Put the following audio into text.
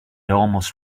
almost